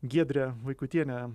giedrė vaikutienė